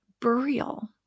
burial